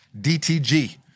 DTG